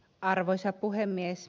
arvoisa puhemies